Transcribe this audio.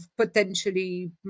potentially